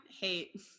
hate